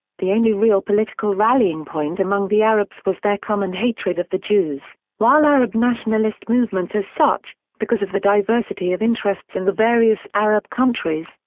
the only real political rallying point among the arabs was their common hatred of the jews, while arab nationalist movements as such, because of the diversity of interests in the various arab countries,